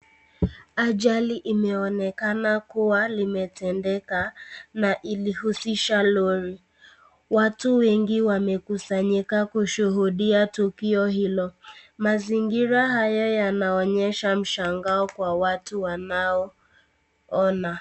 Ajali imeonekana kuwa limetendeka na ilihusisha lori. Watu wengi wamekusanyika kushuhudia tukio hilo. Mazingira haya yanaonyesha mshangao kwa watu wanao ona.